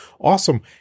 Awesome